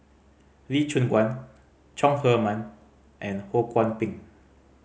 Lee Choon Guan Chong Heman and Ho Kwon Ping